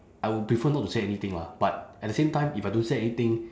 I would prefer not to say anything lah but at the same time if I don't say anything